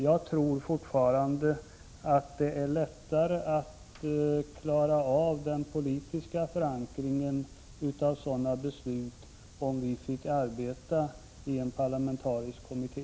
Jag tror fortfarande att det vore lättare att klara av den politiska förankringen av sådana beslut om vi fick arbeta i en parlamentarisk kommitté.